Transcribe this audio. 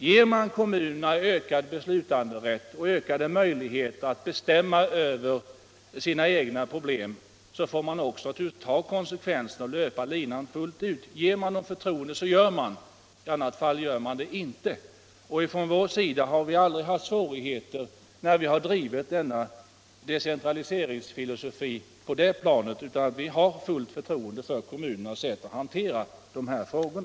Ger man kommunerna ökad beslutanderätt och ökade möjligheter att bestämma över sina egna problem, så får man också löpa linan ut. Och ger man kommunerna ett förtroende, så gör man det. I annat fall gör man det inte. När vi från vår sida har drivit denna decentraliseringsfilosofi på skolans område har vi aldrig upplevt några svårigheter när det gällt att hysa förtroende för kommunernas sätt att hantera dessa frågor.